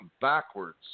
backwards